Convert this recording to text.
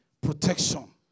protection